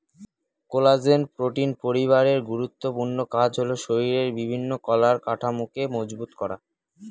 collagen protein পরিবারের গুরুত্বপূর্ণ কাজ হল শরীরের বিভিন্ন কলার কাঠামোকে মজবুত করা